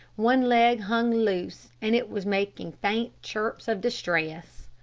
one leg hung loose, and it was making faint chirps of distress.